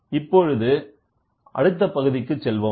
இப்பொழுது அடுத்த பகுதிக்குச் செல்வோம்